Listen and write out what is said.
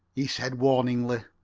he said, warningly.